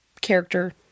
character